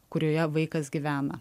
kurioje vaikas gyvena